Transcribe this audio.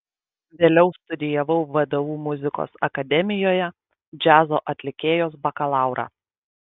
vėliau studijavau vdu muzikos akademijoje džiazo atlikėjos bakalaurą